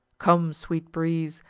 come, sweet breeze,